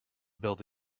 build